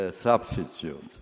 substitute